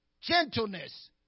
gentleness